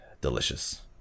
delicious